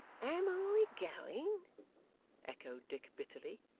am i going echoed dick bitterly.